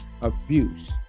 abuse